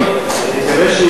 מה קורה עם